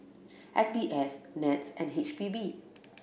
S B S NETS and H P B